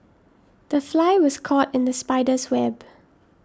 the fly was caught in the spider's web